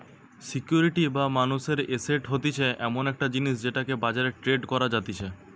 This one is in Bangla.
সিকিউরিটি বা মানুষের এসেট হতিছে এমন একটা জিনিস যেটাকে বাজারে ট্রেড করা যাতিছে